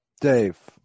Dave